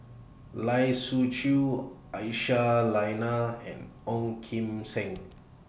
Lai Siu Chiu Aisyah Lyana and Ong Kim Seng